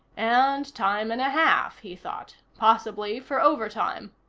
and time and a half, he thought. possibly for overtime.